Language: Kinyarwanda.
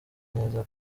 neza